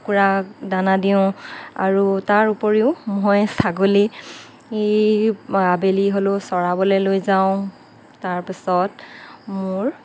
কুকুৰাক দানা দিওঁ আৰু তাৰ উপৰিও মই ছাগলী আবেলি হ'লেও চৰাবলৈ লৈ যাওঁ তাৰ পাছত মোৰ